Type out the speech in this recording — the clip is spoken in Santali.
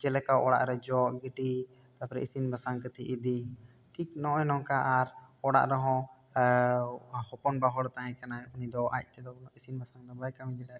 ᱡᱮᱞᱮᱠᱟ ᱚᱲᱟᱜ ᱨᱮ ᱡᱚᱜ ᱜᱤᱰᱤ ᱛᱟᱨᱯᱚᱨᱮ ᱤᱥᱤᱱ ᱵᱟᱥᱟᱝ ᱠᱟᱛᱮ ᱤᱫᱤ ᱴᱷᱤᱠ ᱱᱚᱜᱼᱚᱭ ᱱᱚᱝᱠᱟ ᱟᱨ ᱚᱲᱟᱜ ᱨᱮᱦᱚᱸ ᱦᱚᱯᱚᱱᱵᱟ ᱦᱚᱲ ᱛᱟᱦᱮᱸ ᱠᱟᱱᱟᱭ ᱩᱱᱤ ᱫᱚ ᱟᱡ ᱛᱮᱜᱮ ᱤᱥᱤᱱ ᱵᱟᱥᱟᱝ ᱫᱚ ᱵᱟᱭ ᱠᱟᱹᱢᱤ ᱫᱟᱲᱮᱭᱟᱜ